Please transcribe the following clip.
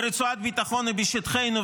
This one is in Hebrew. ורצועת הביטחון היא בשטחנו,